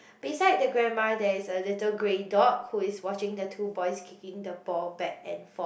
beside the grandma there is a little grey dog who is watching the two boys kicking the ball back and forth